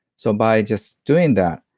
so, by just doing that,